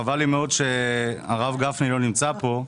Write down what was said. חבל לי מאוד שהרב גפני לא נמצא כאן.